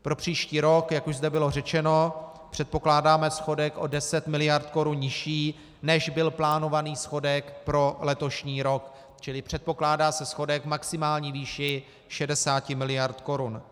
Pro příští rok, jak už zde bylo řečeno, předpokládáme schodek o 10 miliard korun nižší, než byl plánovaný schodek pro letošní rok, čili předpokládá se schodek v maximální výši 60 miliard korun.